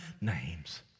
names